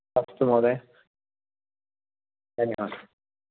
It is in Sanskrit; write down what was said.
अस्तु महोदय धन्यवादः